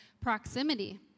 proximity